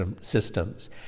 systems